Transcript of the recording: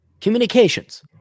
Communications